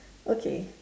okay